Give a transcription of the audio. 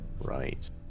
Right